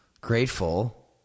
grateful